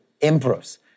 improves